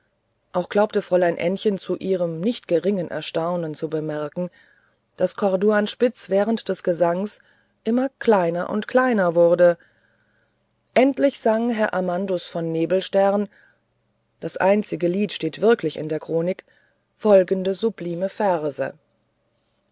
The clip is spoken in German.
auch glaubte fräulein ännchen zu ihrem nicht geringen erstaunen zu bemerken daß corduanspitz während des gesanges immer kleiner und kleiner wurde endlich sang herr amandus von nebelstern das einzige lied steht wirklich in der chronik folgende sublime verse